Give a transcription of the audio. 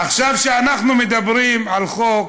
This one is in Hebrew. עכשיו, כשאנחנו מדברים על חוק,